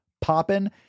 popping